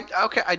Okay